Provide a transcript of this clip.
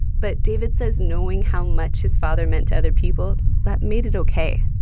but david says knowing how much his father meant to other people, that made it okay.